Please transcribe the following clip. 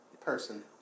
person